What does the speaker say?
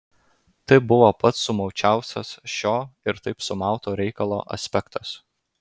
tai buvo pats sumaučiausias šio ir taip sumauto reikalo aspektas